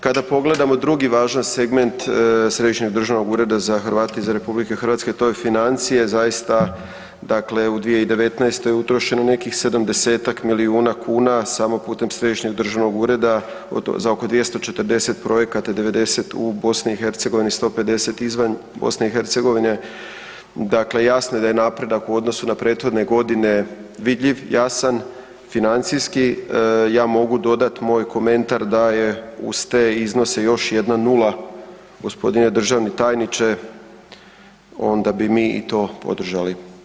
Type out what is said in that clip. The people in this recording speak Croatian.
Kada pogledamo drugi važan segment Središnjeg državnog ureda za Hrvate izvan RH, to je financije, zaista, dakle u 2019. nekih 70-tak milijuna kuna, samo putem Središnjeg državnog ureda, za oko 240 projekata, 90 u BiH, 150 izvan BiH, dakle jasno je da je napredak u odnosu na prethodne godine vidljiv, jasan, financijski ja mogu dodati, moj komentar da je uz te iznose još jedna nula, g. državni tajniče, onda bi mi i to podržali.